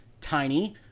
Tiny